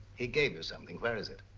he gave you something, where is it?